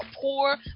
poor